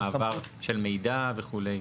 מעבר של מידע וכו',